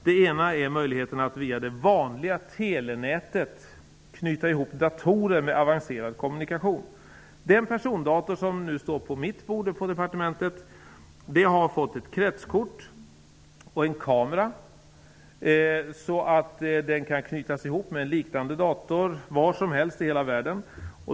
Det ena är möjligheten att via det vanliga telenätet knyta ihop datorer med avancerad kommunikation. Den persondator som nu står på mitt bord på departementet har fått ett kretskort och en kamera. Den kan knytas ihop med en liknande dator var som helst i hela världen.